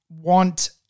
want